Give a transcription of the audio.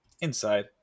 Inside